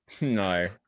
no